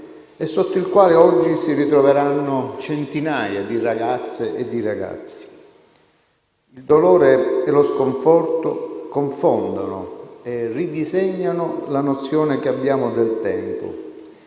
e sotto il quale oggi si ritroveranno centinaia di ragazze e di ragazzi. Il dolore e lo sconforto confondono e ridisegnano la nozione che abbiamo del tempo: